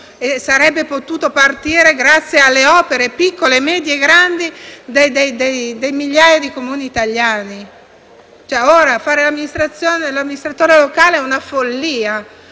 sarebbe potuto partire grazie alle opere piccole, medie e grandi delle migliaia di Comuni italiani. Fare oggi l'amministratore locale è una follia,